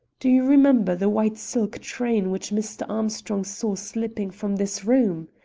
do you remember the white silk train which mr. armstrong saw slipping from this room?